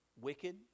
wicked